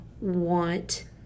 want